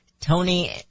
Tony